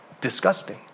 disgusting